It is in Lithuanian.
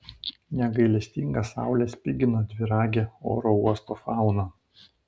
negailestinga saulė spigino dviragę oro uosto fauną